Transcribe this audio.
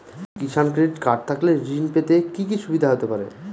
কিষান credit card থাকলে ঋণ পেতে কি কি সুবিধা হতে পারে?